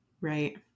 Right